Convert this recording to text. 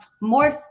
more